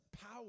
power